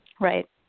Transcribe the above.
Right